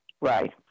Right